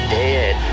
dead